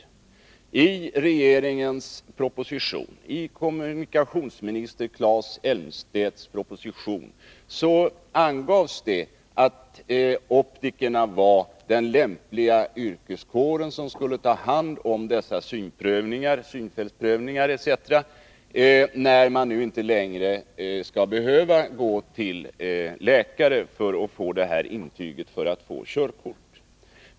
I regeringens proposition i fjol höstas angavs det att optikerna var den lämpliga yrkeskåren, som skulle ta hand om dessa synprövningar — synfältsundersökningar etc. — när man nu inte längre behövde läkarintyg för att få körkort.